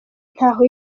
ntaho